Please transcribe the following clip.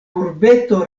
urbeto